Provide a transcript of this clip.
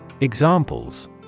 Examples